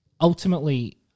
ultimately